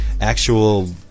actual